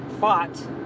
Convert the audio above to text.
fought